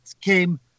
came